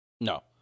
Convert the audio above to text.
No